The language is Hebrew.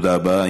תודה רבה.